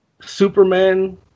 Superman